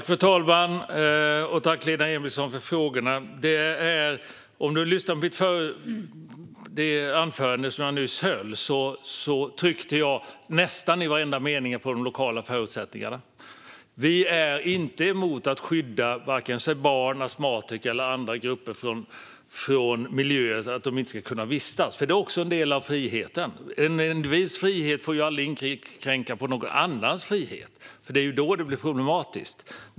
Fru talman! Tack, Lena Emilsson, för frågorna! Om du lyssnade på det anförande som jag nyss höll hörde du att jag tryckte på de lokala förutsättningarna i nästan varenda mening. Vi är inte emot att skydda barn, astmatiker eller andra grupper som nu inte kan vistas i alla miljöer. Detta är ju också en del av friheten. En individs frihet får aldrig inskränka någon annans frihet. Det är då det blir problematiskt.